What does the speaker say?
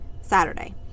Saturday